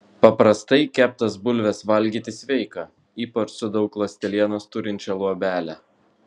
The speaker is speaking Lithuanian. paprastai keptas bulves valgyti sveika ypač su daug ląstelienos turinčia luobele